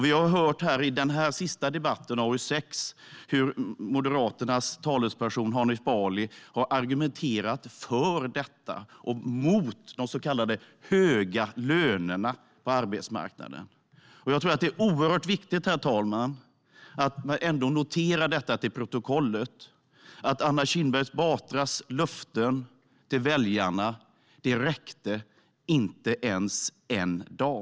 I den här senaste debatten, om AU6, har vi hört hur Moderaternas talesperson Hanif Bali har argumenterat för detta och mot de så kallade höga lönerna på arbetsmarknaden. Jag tror att det är oerhört viktigt, herr talman, att det förs till protokollet att Anna Kinberg Batras löften till väljarna inte ens räckte en dag.